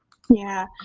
yeah.